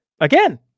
again